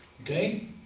Okay